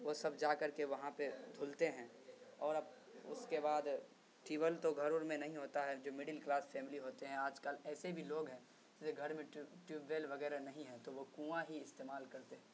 وہ سب جا کر کے وہاں پہ دھوتے ہیں اور اپ اس کے بعد ٹیوبویل تو گھر ور میں نہیں ہوتا ہے جو مڈل کلاس فیملی ہوتے ہیں آج کل ایسے بھی لوگ ہیں جس کے گھر میں ٹیوب ویل وغیرہ نہیں ہے تو وہ کنواں ہی استعمال کرتے